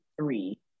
three